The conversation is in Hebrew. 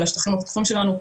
על השטחים הפתוחים שלנו.